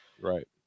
right